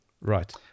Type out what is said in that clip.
Right